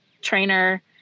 trainer